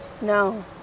No